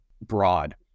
broad